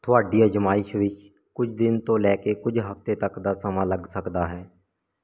ਤੁਹਾਡੀ ਅਜ਼ਮਾਇਸ਼ ਵਿੱਚ ਕੁਝ ਦਿਨ ਤੋਂ ਲੈ ਕੇ ਕੁਝ ਹਫ਼ਤੇ ਤੱਕ ਦਾ ਸਮਾਂ ਲੱਗ ਸਕਦਾ ਹੈ